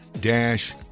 dash